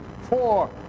four